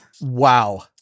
Wow